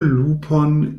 lupon